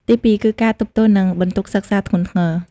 ទីពីរ គឺ ការទប់ទល់នឹងបន្ទុកសិក្សាធ្ងន់ធ្ងរ។